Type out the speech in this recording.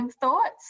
thoughts